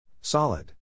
Solid